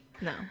No